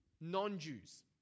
non-Jews